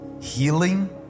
healing